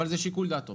אבל זה לשיקול דעתו.